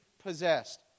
possessed